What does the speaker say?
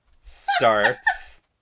starts